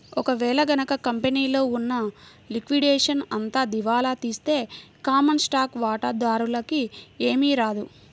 ఒక వేళ గనక కంపెనీలో ఉన్న లిక్విడేషన్ అంతా దివాలా తీస్తే కామన్ స్టాక్ వాటాదారులకి ఏమీ రాదు